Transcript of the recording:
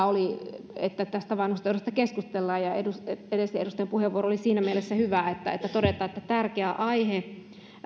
oli että tästä vanhustenhoidosta keskustellaan ja edellisen edustajan puheenvuoro oli siinä mielessä hyvä että todetaan että tämä on tärkeä aihe